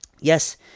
Yes